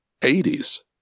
80s